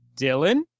Dylan